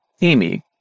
Amy